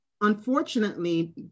unfortunately